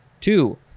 Two